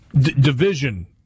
Division